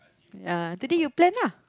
ah today you plan lah